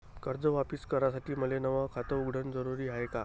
कर्ज वापिस करासाठी मले नव खात उघडन जरुरी हाय का?